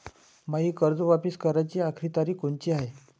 मायी कर्ज वापिस कराची आखरी तारीख कोनची हाय?